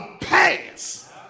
pass